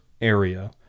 area